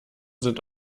sind